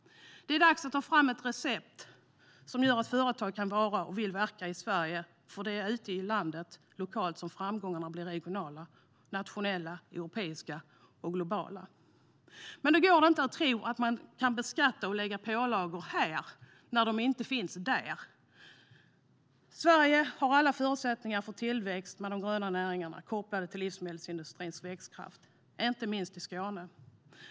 Det är dags att ta fram ett recept som gör att företag kan vara och vill verka i Sverige, för det är ute i landet lokalt som framgångarna blir regionala, nationella, europeiska och globala. Men då går det inte att tro att man kan beskatta företag och införa pålagor här när de inte finns där. Sverige har alla förutsättningar för tillväxt med de gröna näringarna kopplade till livsmedelsindustrins växtkraft, inte minst i Skåne.